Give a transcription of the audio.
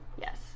Yes